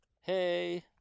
Hey